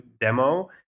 demo